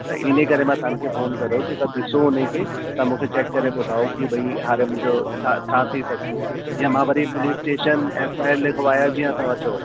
त इन करे मां तव्हांखे फ़ोन कयो की सभु ॾिसो उन खे त मूंखे चैक करे ॿुधायो की भाई की हाणे मुंहिंजो छा छा थी सघंदो आहे या मां वरी police station F I R लिखवायां जीअं तव्हां चओ